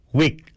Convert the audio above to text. week